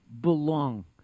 belong